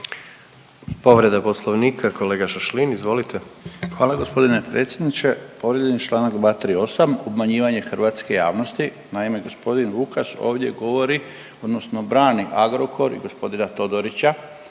Hvala g. predsjedniče.